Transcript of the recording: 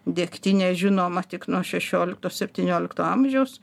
degtinė žinoma tik nuo šešiolikto septyniolikto amžiaus